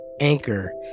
Anchor